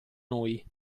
noi